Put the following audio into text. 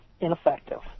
ineffective